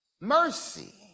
mercy